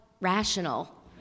rational